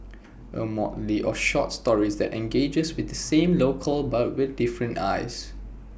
A motley of short stories that engages with the same locale but with different eyes